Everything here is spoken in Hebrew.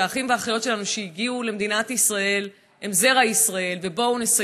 האחים והאחיות שלנו שהגיעו למדינת ישראל הם זרע ישראל,